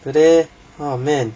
today orh man